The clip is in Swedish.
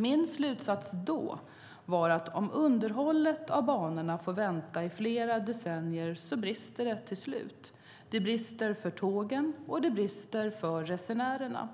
Min slutsats då var att om underhållet av banorna får vänta i flera decennier brister det till slut. Det brister för tågen, och det brister för resenärerna.